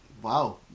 Wow